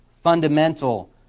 fundamental